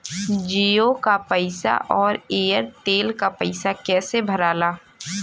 जीओ का पैसा और एयर तेलका पैसा कैसे भराला?